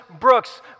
Brooks